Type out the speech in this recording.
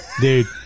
Dude